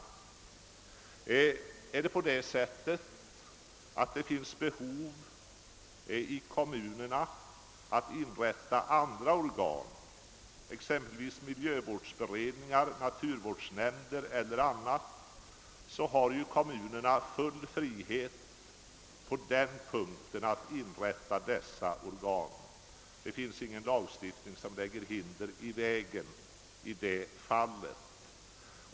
Om det i kommunerna finns behov av att inrätta andra organ exempelvis miljövårdsberedningar, naturvårdsnämnder eller dylikt har ju kommunerna full frihet att inrätta sådana organ. Det finns ingen lagstiftning som lägger hinder i vägen härför.